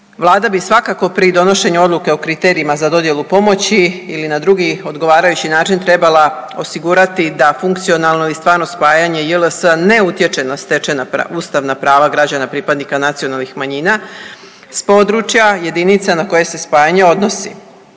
Vlada bi svakako pri donošenju odluke o kriterijima za dodjelu pomoći ili na drugi odgovarajući način trebala osigurati da funkcionalno i stvarno spajanje JLS-a ne utječe na stečena, ustavna prava građana pripadnika nacionalnih manjina s područja jedinica na koje se spajanje odnosi.